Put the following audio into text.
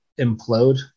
implode